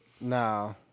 No